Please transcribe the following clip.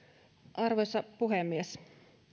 arvoisa puhemies